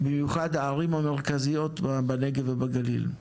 במיוחד הערים המרכזיות בנגב ובגליל.